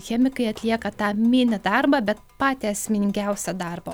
chemikai atlieka tą mini darbą bet patį esminingiausią darbą